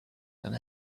and